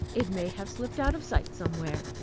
it may have slipped out of sight somewhere.